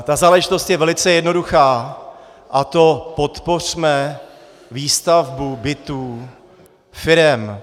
Ta záležitost je velice jednoduchá, a to podpořme výstavbu bytů, firem.